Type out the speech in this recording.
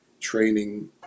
training